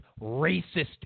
racist